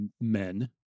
men